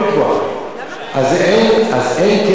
אז אין קשר בין איש לאשה.